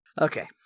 Okay